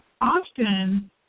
Often